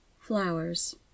Flowers